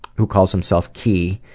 who calls himself key.